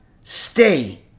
stay